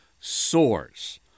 soars